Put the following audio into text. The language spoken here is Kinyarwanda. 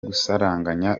gusaranganya